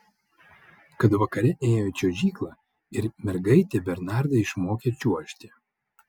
kad vakare ėjo į čiuožyklą ir mergaitė bernardą išmokė čiuožti